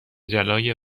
جلای